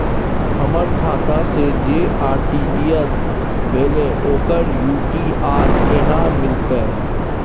हमर खाता से जे आर.टी.जी एस भेलै ओकर यू.टी.आर केना मिलतै?